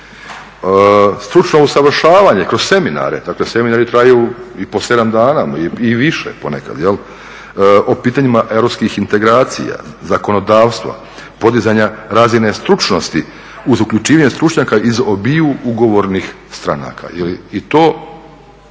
Stručno usavršavanje kroz seminare, dakle seminari traju i po 7 dana i više ponekad. O pitanjima europskih integracija, zakonodavstva, podizanja razine stručnosti uz uključivanje stručnjaka iz obiju ugovornih stranaka. Je